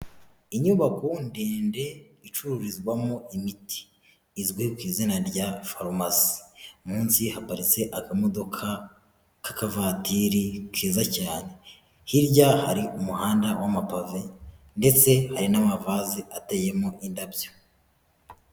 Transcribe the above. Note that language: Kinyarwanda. Inyubako ndende icururizwamo imiti izwi ku izina rya farumasi munsi haparitse akamodoka ka kavatiri keza cyane hirya hari umuhanda w'amabave ndetse hari n'amavazi ateyemo indabyo.